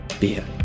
beer